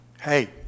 Hey